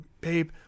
babe